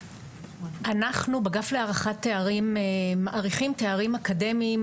אנחנו בגף להערכת תארים מאריכים תארים אקדמיים